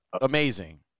amazing